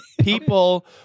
people